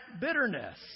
bitterness